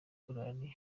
korali